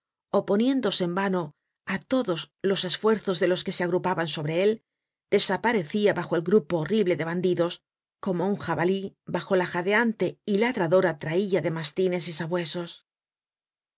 oponiéndose en vano á todos los esfuerzos de los que se agrupaban sobre él desaparecia bajo el grupo horrible de bandidos como un jabalí bajo la jadeante y ladradora trailla de mastines y sabuesos